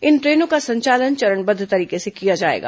इन ट्रेनों का संचालन चरणबद्ध तरीके से किया जाएगा